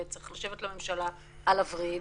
וצריך לשבת לממשלה על הווריד